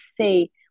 say